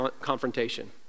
confrontation